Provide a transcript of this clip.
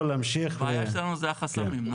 זה החסמים.